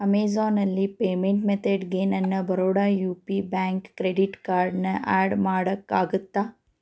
ಅಮೇಜಾನಲ್ಲಿ payment ಮೆಥಡ್ಗೆ ನನ್ನ Baroda U P bank credit ಕಾರ್ಡನ್ನು ಆ್ಯಡ್ ಮಾಡೋಕ್ಕಾಗತ್ತಾ